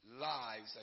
lives